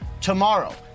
tomorrow